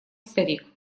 старик